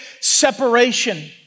separation